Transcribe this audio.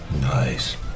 Nice